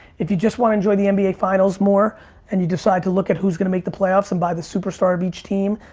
if you just wanna enjoy the nba finals more and you decide to look at who's gonna make the playoffs and buy the superstar of each team,